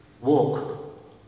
walk